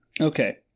Okay